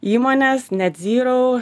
įmonės net zyrou